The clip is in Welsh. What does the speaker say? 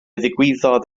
ddigwyddodd